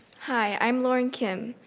hi, i'm lauren kim,